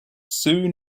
soon